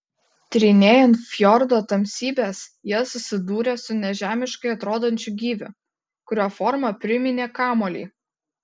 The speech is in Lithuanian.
tyrinėjant fjordo tamsybes jie susidūrė su nežemiškai atrodančiu gyviu kurio forma priminė kamuolį